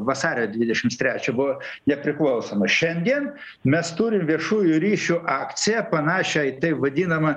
vasario dvidešims trečią buvo nepriklausomos šiandien mes turim viešųjų ryšių akciją panašią į taip vadinamą